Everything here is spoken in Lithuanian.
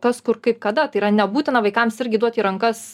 kas kur kaip kada tai yra nebūtina vaikams irgi duot į rankas